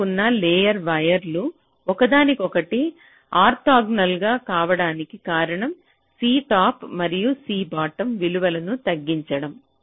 ప్రక్కనే ఉన్న లేయర్ వైర్లు ఒకదానికొకటి ఆర్తోగోనల్ కావడానికి కారణం C టాప్ మరియు C బాటమ్ విలువలను తగ్గించడం